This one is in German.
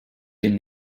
bin